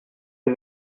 est